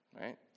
right